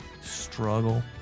struggle